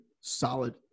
solid